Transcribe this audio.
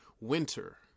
winter